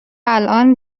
الان